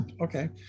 okay